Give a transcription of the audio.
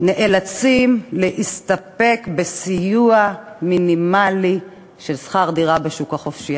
נאלצים להסתפק בסיוע מינימלי בשכר דירה בשוק החופשי.